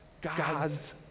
God's